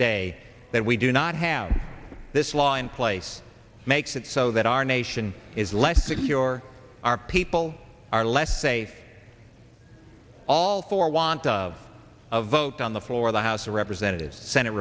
day that we do not have this law in place makes it so that our nation is less secure or our people are less say all for want of a vote on the floor of the house of representatives s